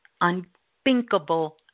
unthinkable